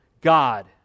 God